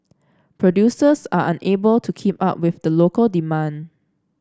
producers are unable to keep up with the local demand